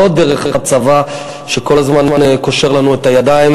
לא דרך הצבא שכל הזמן קושר לנו את הידיים,